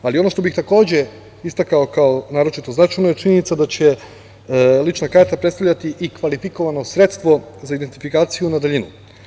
Takođe, ono što bih istakao kao naročito značajno je činjenica da će lična karta predstavljati i kvalifikovano sredstvo za identifikaciju na daljinu.